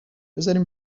بزارین